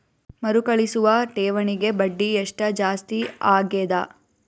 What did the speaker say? ಮರುಕಳಿಸುವ ಠೇವಣಿಗೆ ಬಡ್ಡಿ ಎಷ್ಟ ಜಾಸ್ತಿ ಆಗೆದ?